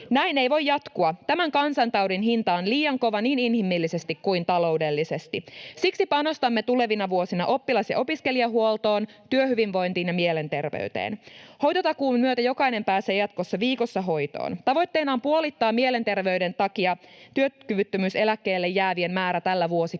Näin ei voi jatkua, tämän kansantaudin hinta on liian kova niin inhimillisesti kuin taloudellisesti. Siksi panostamme tulevina vuosina oppilas- ja opiskelijahuoltoon, työhyvinvointiin ja mielenterveyteen. Hoitotakuun myötä jokainen pääsee jatkossa viikossa hoitoon. Tavoitteena on puolittaa mielenterveyden takia työkyvyttömyyseläkkeelle jäävien määrä tällä vuosikymmenellä.